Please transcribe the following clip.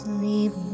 Sleep